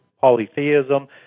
polytheism